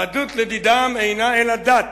יהדות, לדידם, אינה אלא דת,